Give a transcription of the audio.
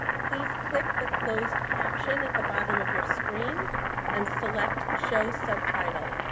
please click the closed caption at the bottom of your screen and select show subtitles.